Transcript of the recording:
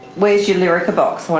where's your lyrica box?